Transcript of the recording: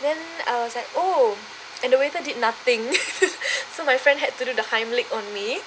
then I was like oh and the waiter did nothing so my friend had to do the heimlich on me